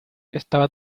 estaba